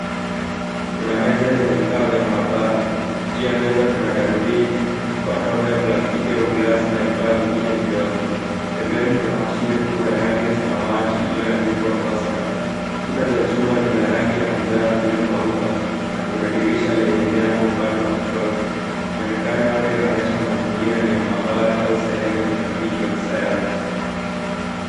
Kuna meza yenye vifaa vya maabara, juu ya meza kuna darubini, chupa ndogo ya plastiki au glasi na vifaa vingine vidogo. Pembeni kuna mashine kubwa ya rangi ya samawati iliyo andikwa course lab . Kuta za chuma ni za rangi ya manjano iliyo pauka na kuna dirisha lenye nyango upande wa kushoto, miunakano yote inaonyesha mazingira ni ya maabara au sehemu ya utafiti wa kisayansi.